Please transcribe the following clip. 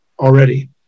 already